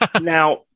Now